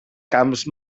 camps